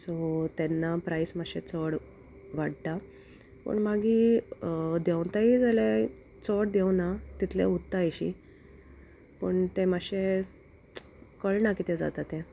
so तेन्ना प्रायस मातशें चोड वांटा पूण मागी देंवताय जाल्यार चोड देंवना तितलें उत्ताय एशीं पूण तें मातशें कळना कितें जाता तें